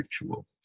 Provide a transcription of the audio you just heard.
ritual